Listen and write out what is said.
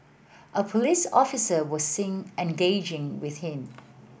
a police officer was seen engaging with him